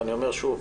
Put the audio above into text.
ואני אומר שוב: